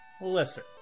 Listen